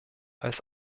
als